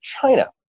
China